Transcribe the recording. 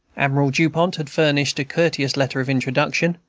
admiral dupont had furnished a courteous letter of introduction.